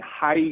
high